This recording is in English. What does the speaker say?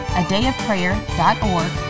adayofprayer.org